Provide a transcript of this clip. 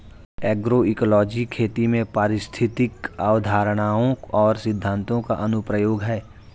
agroecology खेती में पारिस्थितिक अवधारणाओं और सिद्धांतों का अनुप्रयोग है